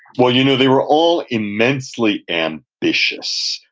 well, you know, they were all immensely and ambitious.